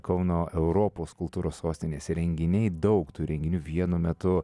kauno europos kultūros sostinės renginiai daug tų renginių vienu metu